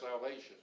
salvation